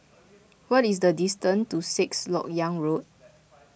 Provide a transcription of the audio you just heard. what is the distance to Sixth Lok Yang Road